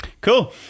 Cool